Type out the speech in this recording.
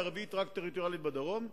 והרביעית רק טריטוריאלית בדרום.